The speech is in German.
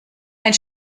ein